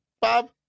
Bob